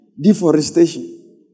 Deforestation